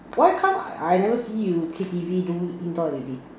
why come I never see you K_T_V do indoor activity